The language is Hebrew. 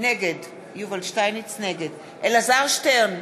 נגד אלעזר שטרן,